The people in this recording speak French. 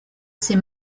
ses